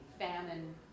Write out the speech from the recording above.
famine